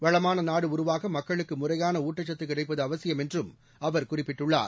வளமான நாடு உருவாக மக்களுக்கு முறையான ஊட்டச்சத்து கிடைப்பது அவசியம் என்றும் அவர் குறிப்பிட்டுள்ளார்